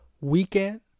weekend